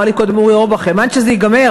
אמר לי קודם אורי אורבך: האמנת שזה ייגמר?